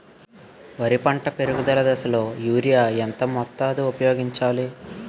వరి పంట పెరుగుదల దశలో యూరియా ఎంత మోతాదు ఊపయోగించాలి?